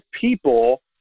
people